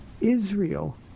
Israel